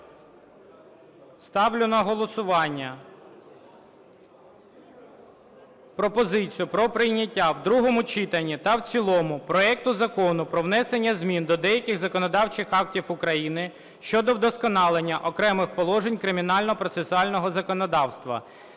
Ставлю на голосування пропозицію про прийняття в другому читанні та в цілому проекту Закону про внесення змін до деяких законодавчих актів України щодо вдосконалення окремих положень Кримінально-процесуального законодавства